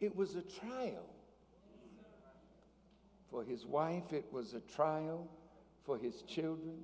it was a trial for his wife it was a trial for his children